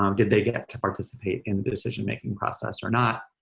um did they get to participate in the decision making process or not?